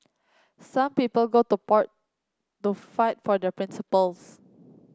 some people go to part to fight for the principles